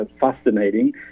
fascinating